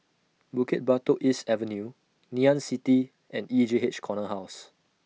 Bukit Batok East Avenue Ngee Ann City and E J H Corner House